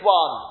one